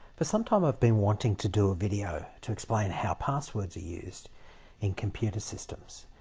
for some time i've been wanting to do a video to explain how passwords are used in computer systems,